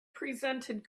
presented